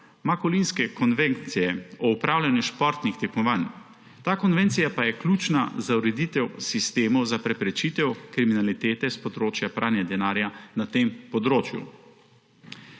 Makolinske konvencije o upravljanju športnih tekmovanj. Ta konvencija pa je ključna za ureditev sistemov za preprečitev kriminalitete s področja pranja denarja na tem področju.